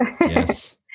Yes